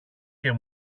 και